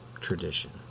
tradition